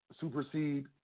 supersede